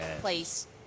place